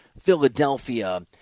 Philadelphia